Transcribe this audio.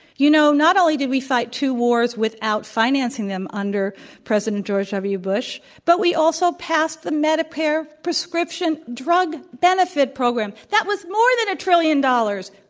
you know, notonly did we fight two wars without financing them under president george w. bush, but we also passed the medicare prescription drug benefit program. that was more than a trillion dollars.